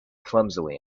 clumsily